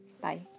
Bye